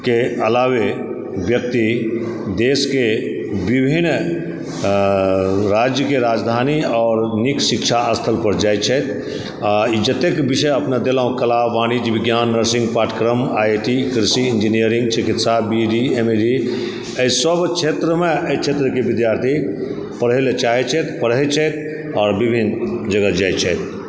एहिके अलावे व्यक्ति देशके विभिन्न अऽऽ राज्यके राजधानी आओर नीक शिक्षा स्थल पर जाइत छथि आ ई जतेक विषय अपने देलहुँ कला वाणिज्य विज्ञान नर्सिंग पाठ्यक्रम आइआइटी कृषि इंजीनियरिंग चिकित्सा बी डी एम डी एहि सब क्षेत्रमे एहि क्षेत्रके विद्यार्थी पढ़ै लेल चाहै छथि पढ़ै छथि आओर विभिन्न जगह जाइत छथि